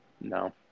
No